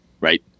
right